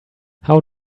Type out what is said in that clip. how